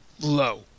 low